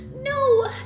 No